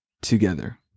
together